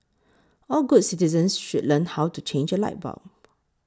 all good citizens should learn how to change a light bulb